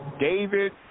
David